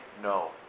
no